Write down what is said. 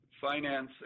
finance